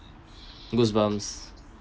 goosebumps